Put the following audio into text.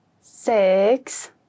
six